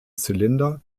zylinder